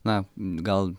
na gal